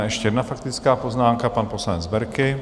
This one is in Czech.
Ještě jedna faktická poznámka, pan poslanec Berki.